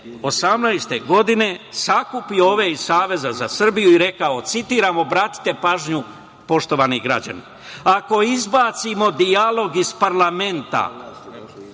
2018. godine sakupio ove iz Saveza za Srbiju i rekao, citiram, obratite pažnju, poštovani građani - ako izbacimo dijalog iz parlamenta